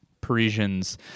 Parisians